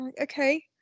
okay